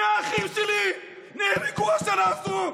מהאחים שלי, נהרגו השנה הזאת.